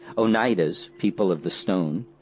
oneidas people of the stone,